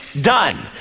Done